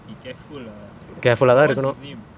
be careful lah but what's his name